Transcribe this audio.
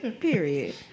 Period